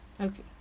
Okay